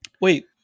Wait